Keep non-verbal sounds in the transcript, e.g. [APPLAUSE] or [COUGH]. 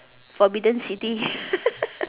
forbidden city [LAUGHS]